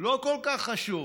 לא כל כך חשוב